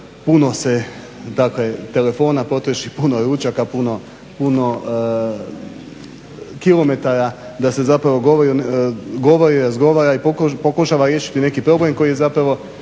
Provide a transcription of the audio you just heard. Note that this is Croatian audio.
Puno se telefona potroši, puno ručaka, puno kilometara da se govori i razgovara i pokuša razriješiti neki problem koji sjeverno